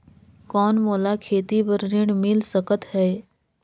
कौन मोला खेती बर ऋण मिल सकत है?